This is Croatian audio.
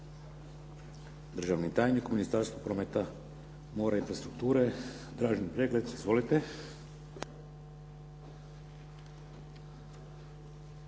Državni tajnik u Ministarstvu prometa, mora i infrastrukture, Dražen Breglec. Izvolite.